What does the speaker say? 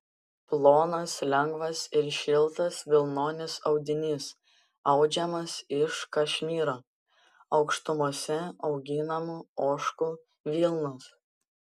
plonas lengvas ir šiltas vilnonis audinys audžiamas iš kašmyro aukštumose auginamų ožkų vilnos